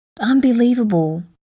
unbelievable